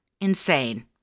Insane